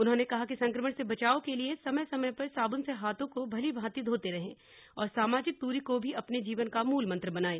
उन्होंने कहा कि संक्रमण से बचाव के लिए समय समय पर साबुन से हाथों को भली भॉति धोते रहे और सामाजिक दूरी को भी अपने जीवन का मूल मंत्र बनायें